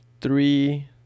three